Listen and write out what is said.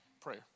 Prayer